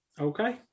Okay